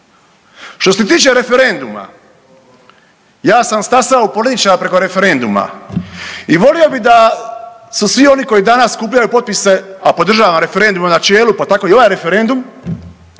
Što se tiče referenduma, ja sam stasao političar preko referenduma i volio bi da se svi oni koji danas skupljaju potpise, a podržavam referendum u načelu, pa tako i ovaj referendum,